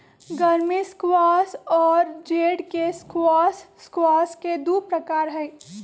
गर्मी स्क्वाश और जेड के स्क्वाश स्क्वाश के दु प्रकार हई